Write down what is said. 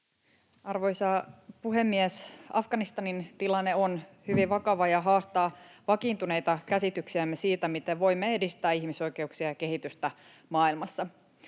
Arvoisa puhemies! Afganistanin tilanne on hyvin vakava ja haastaa vakiintuneita käsityksiämme siitä, miten voimme edistää ihmisoikeuksia ja kehitystä maailmassa.